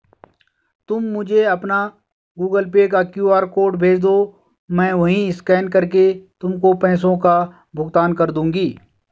तुम मुझे अपना गूगल पे का क्यू.आर कोड भेजदो, मैं वहीं स्कैन करके तुमको पैसों का भुगतान कर दूंगी